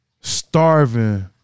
starving